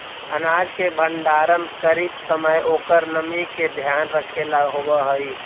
अनाज के भण्डारण करीत समय ओकर नमी के ध्यान रखेला होवऽ हई